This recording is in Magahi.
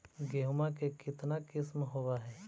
गेहूमा के कितना किसम होबै है?